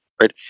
right